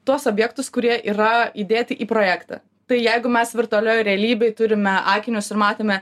tuos objektus kurie yra įdėti į projektą tai jeigu mes virtualioj realybėj turime akinius ir matome